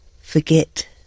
forget